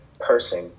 Person